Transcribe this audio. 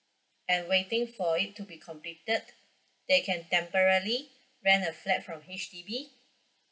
and waiting for it to be completed they can temporary rent a flat from H_D_B